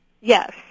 Yes